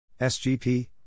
SGP